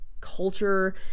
culture